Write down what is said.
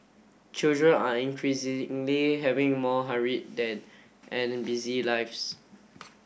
children are increasingly having more hurried then and busy lives